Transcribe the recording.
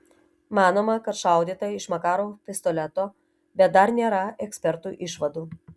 manoma kad šaudyta iš makarov pistoleto bet dar nėra ekspertų išvadų